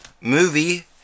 movie